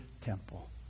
temple